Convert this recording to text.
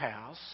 house